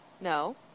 no